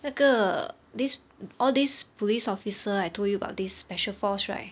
那个 this all these police officer I told you about this special force right